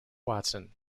watson